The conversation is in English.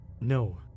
No